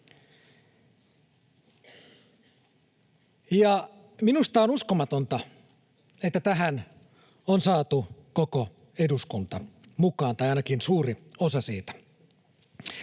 Minusta on uskomatonta, että tähän on saatu koko eduskunta mukaan, tai ainakin suuri osa siitä.